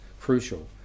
crucial